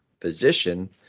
physician